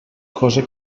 cosa